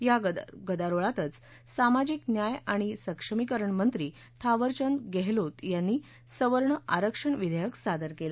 या गदारोळातच सामाजिक न्याय आणि सक्षमीकरण मंत्री थावरचंद गद्वीीत यांनी सवर्ण आरक्षण विधाक्रि सादर कळ